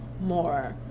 more